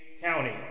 County